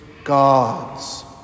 God's